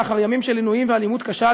לאחר ימים של עינויים ואלימות קשה,